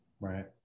Right